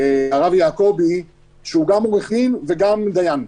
הרב יעקבי, שהוא גם עורך דין וגם דיין: